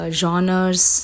genres